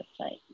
website